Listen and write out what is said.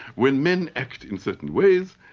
when men act in certain ways,